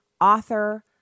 author